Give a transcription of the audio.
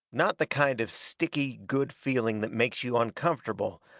not the kind of sticky, good feeling that makes you uncomfortable,